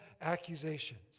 accusations